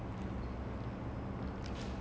something like that I know that